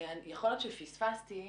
יכול להיות שפספסתי,